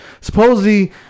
Supposedly